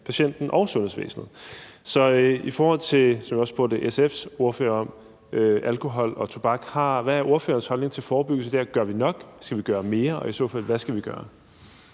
patienten og sundhedsvæsenet. Så i forhold til det, som jeg også spurgte SF's ordfører om, alkohol og tobak, hvad er ordførerens holdning til forebyggelse der? Gør vi nok, skal vi gøre mere, og hvad skal vi i